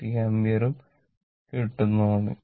5t ampere ഉം കിട്ടുന്നതാണ്